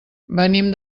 venim